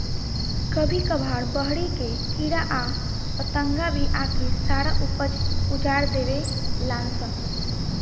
कभी कभार बहरी के कीड़ा आ पतंगा भी आके सारा ऊपज उजार देवे लान सन